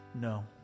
No